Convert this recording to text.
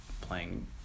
playing